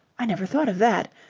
i never thought of that.